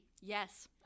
Yes